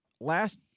last